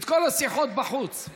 את כל השיחות, בחוץ.